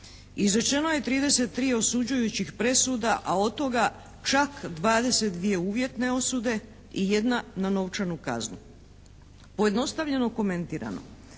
Izrečeno je 33 osuđujućih presuda a od toga čak 22 uvjetne osude i jedna na novčanu kaznu. Pojednostavljeno komentirano.